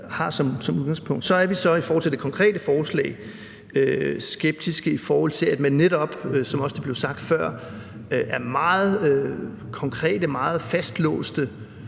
har som udgangspunkt. Så er vi med hensyn til det konkrete forslag skeptiske, i forhold til at man netop, som det også blev sagt før, er meget konkrete og fastlåste.